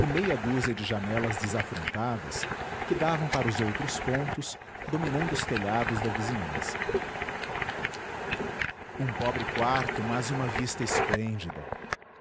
e meia dúzia de janelas desafrontadas que davam para os outros pontos dominando os telhados da vizinhança um pobre quarto mas uma vista esplêndida